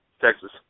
Texas